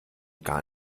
gar